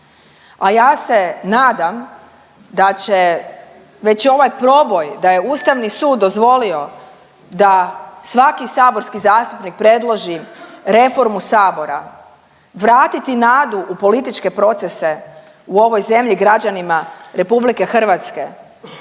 a ja se nadam da će već ovaj proboj da je Ustavni sud dozvolio da svaki saborski zastupnik predloži reformu sabora vratiti nadu u političke procese u ovoj zemlji građanima RH i da će